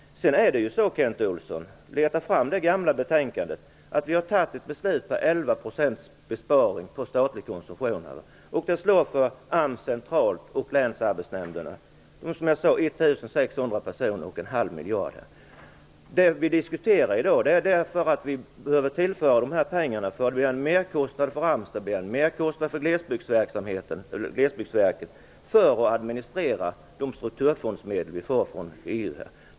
Leta fram det gamla betänkandet, Kent Olsson! Vi har fattat beslut om 11 % besparing på statlig konsumtion. Det blir för AMS centralt och länsarbetsnämnderna en halv miljard. Det slår så att 1 600 personer måste bort från AMS centralt och länsarbetsnämnderna. De pengar vi diskuterar i dag behöver vi tillföra därför att det blir en merkostnad för AMS och för Glesbygdsverket för att administrera de strukturfondsmedel vi får från EU.